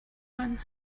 one